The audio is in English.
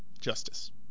Justice